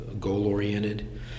goal-oriented